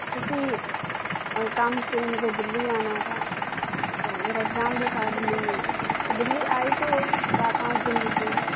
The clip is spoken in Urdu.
کسی کام سے مجھے دلی آنا تھا تو میرا اگزام بھی تھا دلی میں تو دلی آئی تو چار پانچ دن رکی